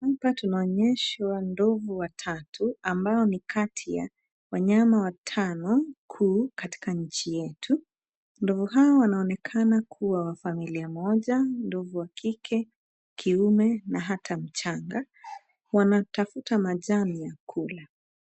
Hapa tunaonyeshwa ndovu watatu ambao ni kati ya wanyama watano kuu katika nchi yetu. Ndovu hawa wanaonekana kuwa wa familia moja: ndovu wa kike, kiume na hata mchanga. Wanatafuta majani ya kula.